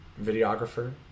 videographer